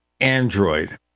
Android